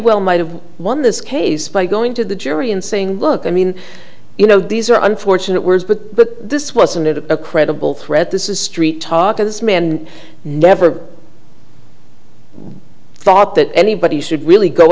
well might have won this case by going to the jury and saying look i mean you know these are unfortunate words but this wasn't a credible threat this is street talk to this man never thought that anybody should really go